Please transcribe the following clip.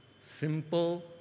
Simple